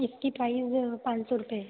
इसकी प्राइज़ पाँच सौ रुपए है